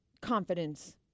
confidence